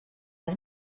has